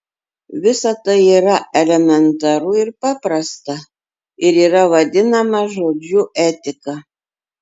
visa tai yra elementaru ir paprasta ir yra vadinama žodžiu etika